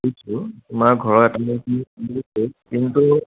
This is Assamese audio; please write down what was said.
বুজিছোঁ তোমাৰ ঘৰৰ এটেনডেন্স কিন্তু